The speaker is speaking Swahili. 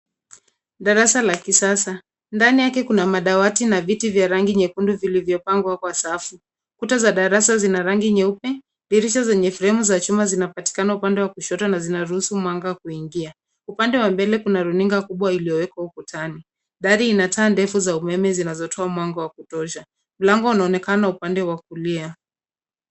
Darasa la kisasa. Ndani yake kuna madawati na viti vya rangi nyekundu vilivyopangwa kwa safu. Kuta za darasa zina rangi nyeupe. Dirisha zenye fremu za chuma zinapatikana upande wa kushoto, na zinaruhusu mwanga kuingia. Upande wa mbele kuna runinga kubwa iliyowekwa ukutani. Dari ina taa ndefu za umeme zinazotoa mwanga wa kutosha. Mlango unaonekana upande wa kulia.